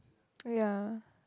ya